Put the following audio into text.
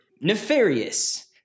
Nefarious